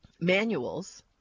manuals